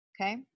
okay